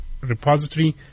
repository